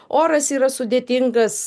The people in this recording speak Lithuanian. oras yra sudėtingas